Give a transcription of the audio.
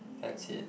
that's it